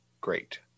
great